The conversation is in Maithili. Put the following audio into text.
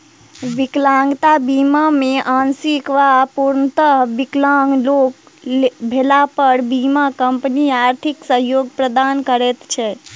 विकलांगता बीमा मे आंशिक वा पूर्णतः विकलांग भेला पर बीमा कम्पनी आर्थिक सहयोग प्रदान करैत छै